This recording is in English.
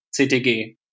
CTG